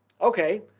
Okay